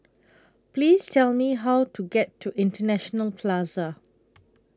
Please Tell Me How to get to International Plaza